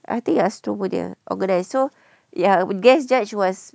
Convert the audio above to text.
I think astro punya organise so ya guest judge was